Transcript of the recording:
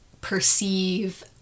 perceive